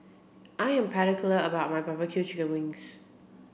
I am particular about my barbecue chicken wings